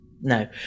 No